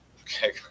Okay